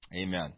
Amen